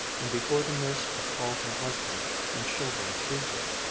and before the nurse could call her husband and children to her,